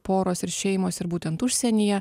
poros ir šeimos ir būtent užsienyje